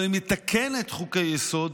אבל היא מתקנת חוקי-יסוד